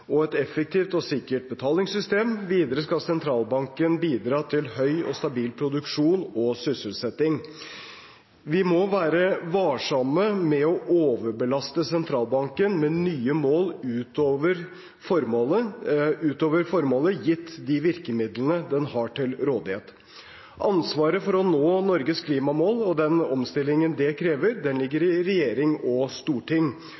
og et effektivt og sikkert betalingssystem. Videre skal sentralbanken bidra til høy og stabil produksjon og sysselsetting. Vi må være varsomme med å overbelaste sentralbanken med nye mål utover formålet, gitt de virkemidlene den har til rådighet. Ansvaret for å nå Norges klimamål og den omstillingen det krever, ligger i regjering og storting